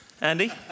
Andy